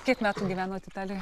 kiek metų gyvenot italijoj